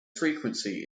frequency